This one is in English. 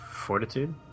Fortitude